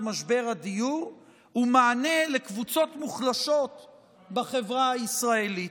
משבר הדיור ומענה לקבוצות מוחלשות בחברה הישראלית.